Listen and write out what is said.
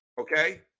Okay